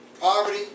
poverty